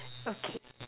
okay